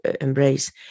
embrace